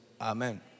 Amen